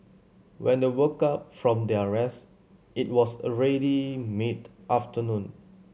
when they woke up from their rest it was already mid afternoon